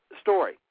story